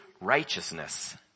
righteousness